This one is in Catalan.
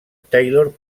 taylor